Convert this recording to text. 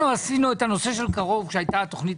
אנחנו עשינו את הנושא של קרוב כשהייתה התוכנית